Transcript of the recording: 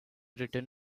written